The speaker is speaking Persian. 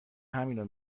همینو